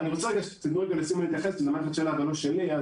אני רוצה רגע שתתנו לסימה להתייחס כי זו מערכת שלה ולא שלי.